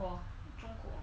中国